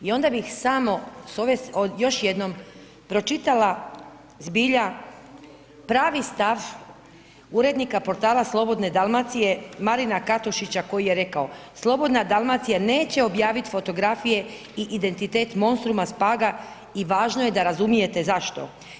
I onda bih samo s ove, još jednom pročitala zbilja pravi stav urednika portala Slobodne Dalmacije Marina Katušića koji je rekao: Slobodna Dalmacija neće objaviti fotografije i identitet monstruma s Paga i važno je da razumijete zašto.